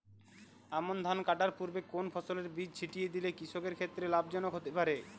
আমন ধান কাটার পূর্বে কোন ফসলের বীজ ছিটিয়ে দিলে কৃষকের ক্ষেত্রে লাভজনক হতে পারে?